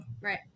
Right